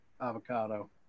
avocado